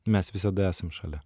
mes visada esam šalia